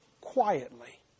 quietly